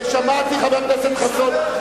שמעתי, חבר הכנסת חסון.